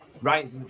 right